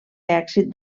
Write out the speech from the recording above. èxit